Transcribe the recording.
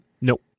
Nope